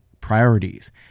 priorities